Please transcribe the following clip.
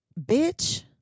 Bitch